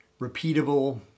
repeatable